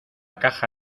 caja